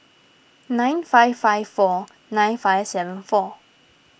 nine five five four nine five seven four